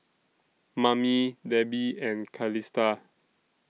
Mamie Debi and Calista